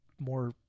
more